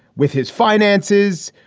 with his finances,